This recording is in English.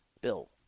Bill